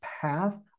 path